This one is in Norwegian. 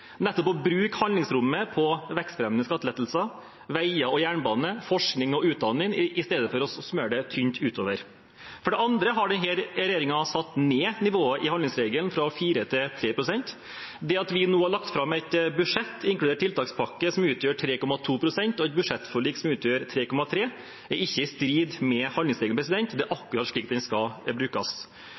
nettopp det å bruke handlingsrommet på vekstfremmende skattelettelser – til veier og jernbane, forskning og utdanning – istedenfor å smøre det tynt utover. For det andre har denne regjeringen satt ned nivået i handlingsregelen fra 4 pst. til 3 pst. Det at vi nå har lagt fram et budsjett inkludert en tiltakspakke som utgjør 3,2 pst., og et budsjettforlik som utgjør 3,3 pst., er ikke i strid med handlingsregelen. Det er akkurat slik den skal brukes.